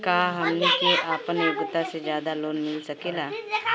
का हमनी के आपन योग्यता से ज्यादा लोन मिल सकेला?